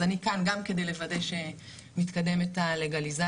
אז אני כאן גם כדי לוודא שמתקדמת הלגליזציה.